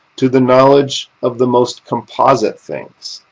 to the knowledge of the most composite things,